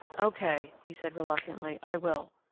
okay, he said reluctantly, i will.